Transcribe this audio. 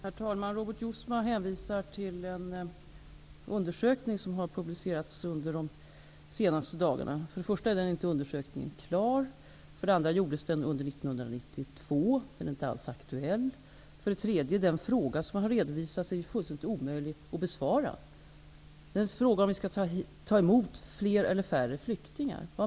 Herr talman! Robert Jousma hänvisar till en undersökning som har publicerats under de senaste dagarna. För det första är den undersökningen inte klar. För det andra gjordes den under 1992 och är inte alls aktuell. För det tredje är den fråga som där ställts fullständigt omöjlig att besvara. Vad menas med frågan om huruvida vi skall ta emot fler eller färre flyktingar?